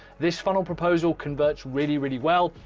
this funnel proposal converts really, really well.